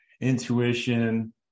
intuition